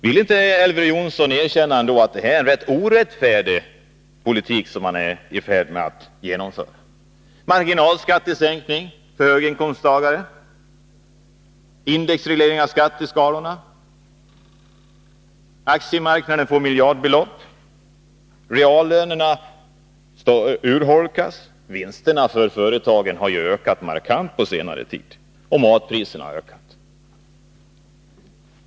Vill inte Elver Jonsson ändå erkänna att det är en orättfärdig politik man är i färd med att genomföra: marginalskattesänkning för höginkomsttagare, indexreglering av skatteskalorna, miljardbelopp till aktiemarknaden, urholkning av reallönerna. Vinsterna för företagen har på senare tid ökat markant, och matpriserna har ökat.